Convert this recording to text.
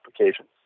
applications